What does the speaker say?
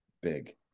big